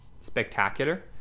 spectacular